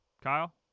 Kyle